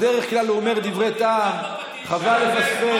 בדרך כלל הוא אומר דברי טעם, חבל לפספס.